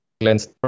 glanced